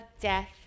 death